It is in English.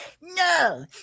no